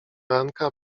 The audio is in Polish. ranka